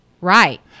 Right